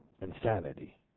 Insanity